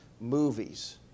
movies